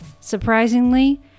surprisingly